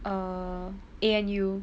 err A_N_U